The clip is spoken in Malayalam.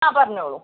ആ പറഞ്ഞോളൂ